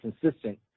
consistent